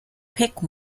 pick